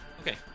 okay